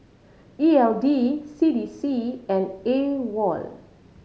E L D C D C and AWOL